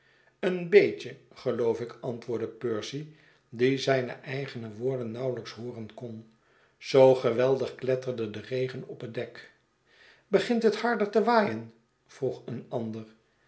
een beetje geloof ik antwoordde percy die zijne eigene woorden naawelijks hooren kon zoo geweldig kletterde de regen op het dek begint het harder te waaien vroeg een ander